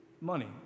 money